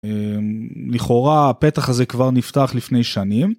לכאורה הפתח הזה כבר נפתח לפני שנים.